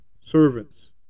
servants